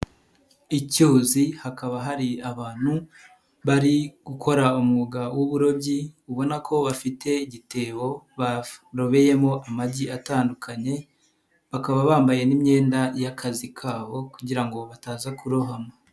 Icyuzi hakaba hari abantu bari gukora umwuga w'uburobyi, ubona ko bafite igitebo barobeyemo amagi atandukanye, bakaba bambaye n'imyenda y'akazi kabo kugira ngo bataza kurohama.